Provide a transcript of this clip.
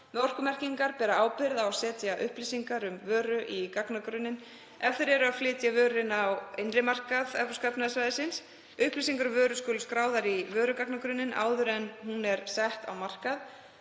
orkumerkingar bera ábyrgð á að setja upplýsingar um vöru í gagnagrunninn ef þeir eru að flytja vöru inn á innri markað Evrópska efnahagssvæðisins. Upplýsingar um vöru skulu skráðar í vörugagnagrunninn áður en hún er sett á markað.